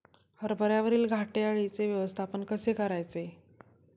हरभऱ्यावरील घाटे अळीचे व्यवस्थापन कसे करायचे?